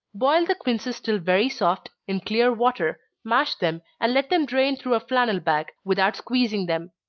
boil the quinces till very soft, in clear water, mash them, and let them drain through a flannel bag, without squeezing them.